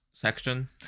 Section